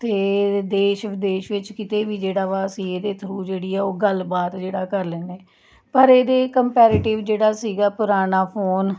ਅਤੇ ਦੇਸ਼ ਵਿਦੇਸ਼ ਵਿੱਚ ਕਿਤੇ ਵੀ ਜਿਹੜਾ ਵਾ ਅਸੀਂ ਇਹਦੇ ਥਰੂ ਜਿਹੜੀ ਆ ਉਹ ਗੱਲਬਾਤ ਜਿਹੜਾ ਕਰ ਲੈਂਦੇ ਪਰ ਇਹਦੇ ਕੰਪੈਰਟਿਵ ਜਿਹੜਾ ਸੀਗਾ ਪੁਰਾਣਾ ਫੋਨ